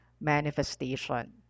manifestation